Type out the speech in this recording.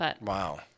Wow